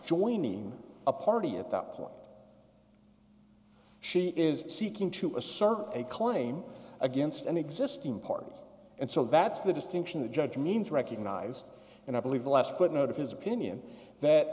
joining a party at that point she is seeking to assert a claim against any existing parties and so that's the distinction the judge means recognized and i believe the last footnote of his opinion that